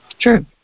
True